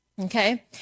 Okay